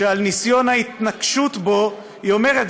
שעל ניסיון ההתנקשות בו היא אומרת: